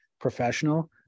professional